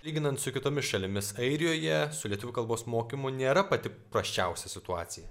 lyginant su kitomis šalimis airijoje su lietuvių kalbos mokymu nėra pati prasčiausia situacija